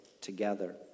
together